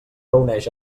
reuneix